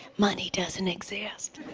money doesn't exist.